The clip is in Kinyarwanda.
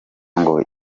ngo